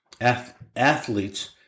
athletes